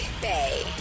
Bay